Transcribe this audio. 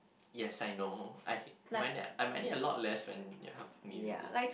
yes I know I he~ I might need a lot less when you're helping me with it